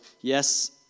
Yes